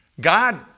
God